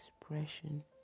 expression